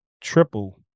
triple